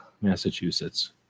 Massachusetts